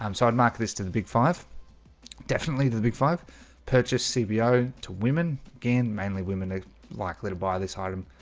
um so i'd mark this to the big five definitely the the big five purchase cbo two women again mainly women they likely to buy this item